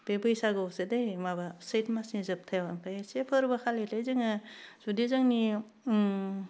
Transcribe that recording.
बे बैसागुवावसो दै माबा सैथ मासनि जोबथायाव आमफाय से फोरबो खालिलाय जोङो जुदि जोंनि उम